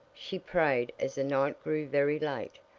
she prayed as the night grew very late.